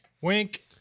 Wink